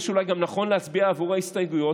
שאולי נכון להצביע גם עבור ההסתייגויות.